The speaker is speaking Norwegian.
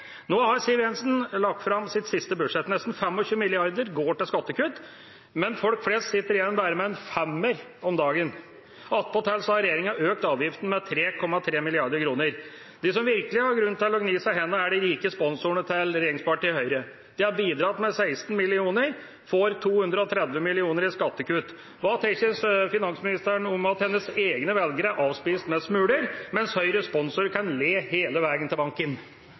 Nå har Siv Jensen lagt fram sitt siste budsjett. Nesten 25 mrd. kr går til skattekutt, men folk flest sitter igjen med bare en femmer om dagen. Attpåtil har regjeringa økt avgiftene med 3,3 mrd. kr. De som virkelig har grunn til å gni seg i hendene, er de rike sponsorene til regjeringspartiet Høyre. De har bidratt med 16 mill. kr, og får 230 mill. kr i skattekutt. Hva tenker finansministeren om at hennes egne velgere avspises med smuler, mens Høyres sponsorer kan le hele veien til banken?